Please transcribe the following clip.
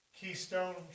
Keystone